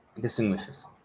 distinguishes